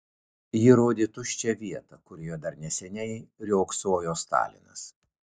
ji rodė tuščią vietą kurioje dar neseniai riogsojo stalinas